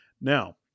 Now